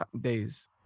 days